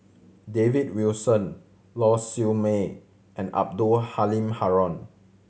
David Wilson Lau Siew Mei and Abdul Halim Haron